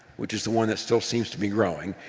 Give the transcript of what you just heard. which is the one that still seems to be growing,